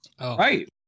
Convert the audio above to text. Right